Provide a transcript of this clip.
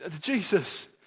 Jesus